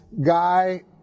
guy